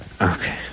Okay